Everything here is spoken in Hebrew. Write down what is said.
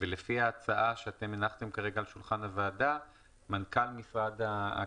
לפי ההצעה שאתם הנחתם כרגע על שולחן הוועדה מנכ"ל הכלכלה